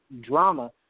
drama